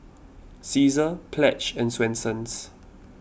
Cesar Pledge and Swensens